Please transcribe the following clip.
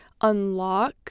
unlock